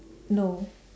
no